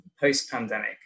post-pandemic